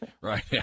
Right